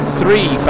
three